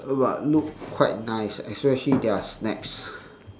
but look quite nice especially their snacks